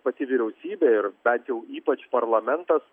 pati vyriausybė ir bent jau ypač parlamentas